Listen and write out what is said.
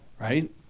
Right